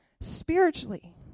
Spiritually